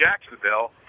Jacksonville